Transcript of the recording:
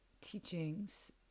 Teachings